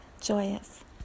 joyous